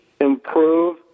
improve